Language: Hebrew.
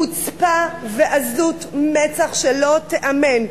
חוצפה ועזות מצח שלא תיאמן.